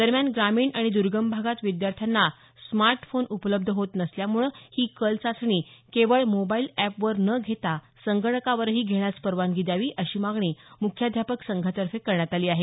दरम्यान ग्रामीण आणि दुर्गम भागात विद्यार्थ्यांना स्मार्ट फोन उपलब्ध होत नसल्यामुळं ही कलचाचणी केवळ मोबाईल एपवर न घेता संगणकावरही घेण्यास परवानगी द्यावी अशी मागणी मुख्याध्यापाक संघातर्फे करण्यात आली आहे